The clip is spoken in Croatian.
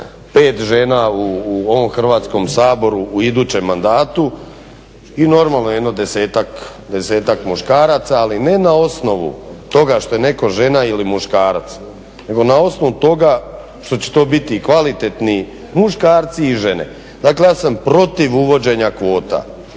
5 žena u ovom Hrvatskom saboru u idućem mandatu i normalno jedno desetak muškaraca ali ne na osnovu toga što je netko žena ili muškarac nego na osnovu toga što će to biti kvalitetni muškarci i žene. Dakle ja sam protiv uvođenja kvota,